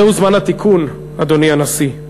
זהו זמן התיקון, אדוני הנשיא.